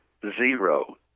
zero